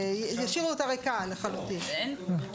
ישאירו אותה ריקה לחלוטין.